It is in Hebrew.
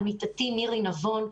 אני מבקשת שתאפשר לעמיתתי מירי נבון,